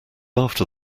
after